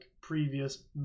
previous